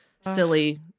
silly